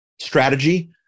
strategy